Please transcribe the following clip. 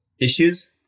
issues